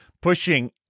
pushing